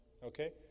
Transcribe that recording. Okay